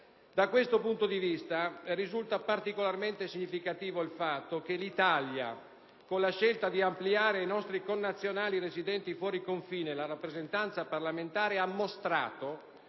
Da questo punto di vista risulta particolarmente significativo il fatto che l'Italia, con la scelta di ampliare ai nostri connazionali residenti fuori confine la rappresentanza parlamentare, ha mostrato